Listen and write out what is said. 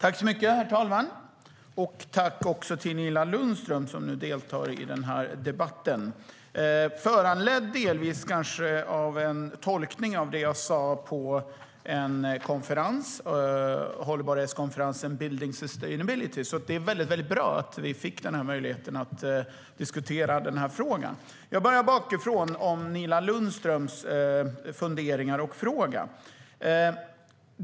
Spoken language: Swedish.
Herr talman! Tack också till Nina Lundström, som nu deltar i debatten. Den är kanske delvis föranledd av en tolkning av det jag sade på hållbarhetskonferensen Building Sustainability. Det är väldigt bra att vi fick den här möjligheten att diskutera frågan. Jag börjar bakifrån med Nina Lundströms funderingar och fråga.